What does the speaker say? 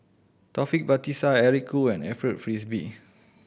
Taufik Batisah Eric Khoo and Alfred Frisby